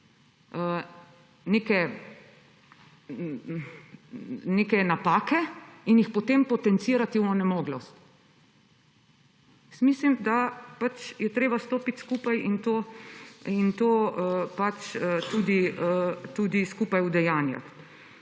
nekih napak in jih potem potencirati v onemoglost. Mislim, da je treba stopiti skupaj in to tudi skupaj udejanjati.